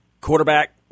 Quarterback